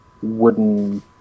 wooden